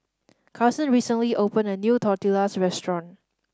Carsen recently opened a new Tortillas Restaurant